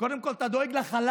קודם כול אתה דואג לחלש,